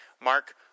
Mark